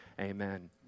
amen